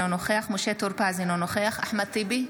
אינו נוכח משה טור פז, אינו נוכח אחמד טיבי,